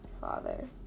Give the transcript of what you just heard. father